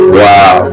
wow